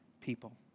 people